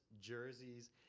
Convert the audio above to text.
jerseys